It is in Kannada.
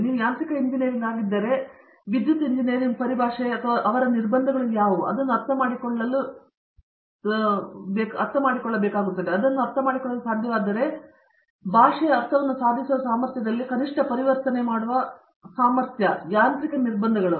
ಹಾಗಾಗಿ ನೀವು ಯಾಂತ್ರಿಕ ಎಂಜಿನಿಯರ್ ಇದ್ದರೆ ವಿದ್ಯುತ್ ಎಂಜಿನಿಯರ್ ಭಾಷೆ ಮತ್ತು ಅವರ ನಿರ್ಬಂಧಗಳು ಯಾವುವು ಮತ್ತು ನೀವು ಅದನ್ನು ಅರ್ಥಮಾಡಿಕೊಳ್ಳಲು ವಿದ್ಯುತ್ ಇದ್ದರೆ ಅದನ್ನು ಅರ್ಥಮಾಡಿಕೊಳ್ಳಲು ಸಾಧ್ಯವಾದರೆ ಭಾಷೆಯ ಅರ್ಥವನ್ನು ಸಾಧಿಸುವ ಸಾಮರ್ಥ್ಯದಲ್ಲಿ ಕನಿಷ್ಟ ಪರಿವರ್ತನೆ ಮಾಡುವ ಸಾಮರ್ಥ್ಯ ಯಾಂತ್ರಿಕ ನಿರ್ಬಂಧಗಳು